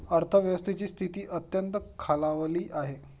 अर्थव्यवस्थेची स्थिती अत्यंत खालावली आहे